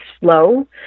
slow